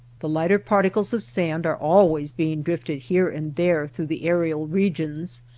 the lighter particles of sand are always being drifted here and there through the aerial regions,